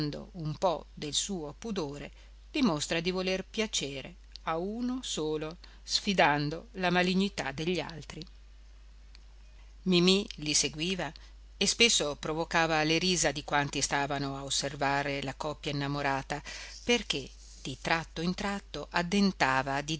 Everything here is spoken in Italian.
un po del suo pudore dimostra di voler piacere a uno solo sfidando la malignità degli altri mimì li seguiva e spesso provocava le risa di quanti stavano a osservar la coppia innamorata perché di tratto in tratto addentava